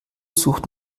sucht